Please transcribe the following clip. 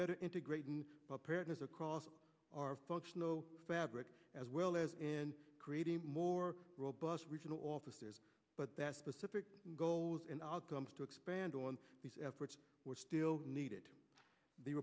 better integration parents across our functional fabric as well as in creating more robust regional officers but that specific goals and outcomes to expand on these efforts were still needed